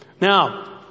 Now